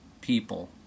people